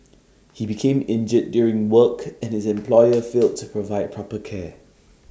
he became injured during work and his employer failed to provide proper care